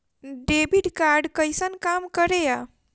Debit card कैसन काम करेया?